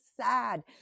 sad